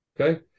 Okay